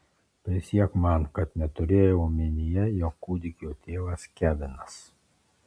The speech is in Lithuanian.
prisiek man kad neturėjai omenyje jog kūdikio tėvas kevinas